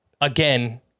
again